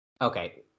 Okay